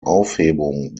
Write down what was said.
aufhebung